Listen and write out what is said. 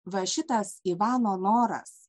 va šitas ivano noras